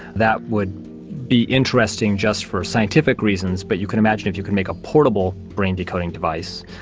that would be interesting just for scientific reasons, but you can imagine if you could make a portable brain decoding device,